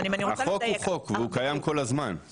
החוק הוא חוק והוא קיים כל הזמן,